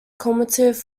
cumulative